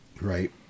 Right